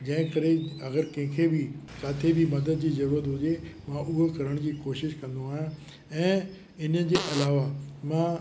जंहिं करे अगरि कंहिंखे बि किथे बि मदद जी ज़रूरत हुजे मां उहो करण जी कोशिश कंदो आहियां ऐं इन्हनि जे अलावा मां